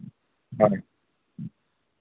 ᱦᱮᱸ